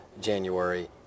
January